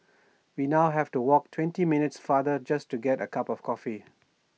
we now have to walk twenty minutes farther just to get A cup of coffee